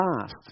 past